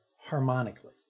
harmonically